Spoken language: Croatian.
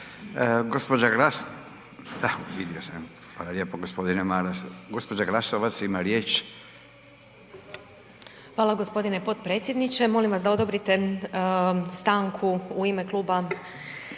riječ. **Glasovac, Sabina (SDP)** Hvala gospodine potpredsjedniče. Molim vas da odobrite stanku u ime Kluba